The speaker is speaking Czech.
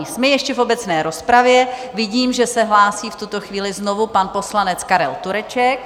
Jsme ještě v obecné rozpravě, vidím, že se hlásí v tuto chvíli znovu pan poslanec Karel Tureček.